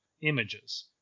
images